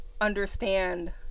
understand